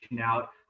out